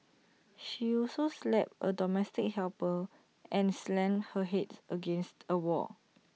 she also slapped the domestic helper and slammed her Head against A wall